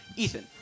Ethan